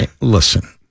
Listen